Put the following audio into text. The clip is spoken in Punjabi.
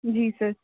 ਜੀ ਸਰ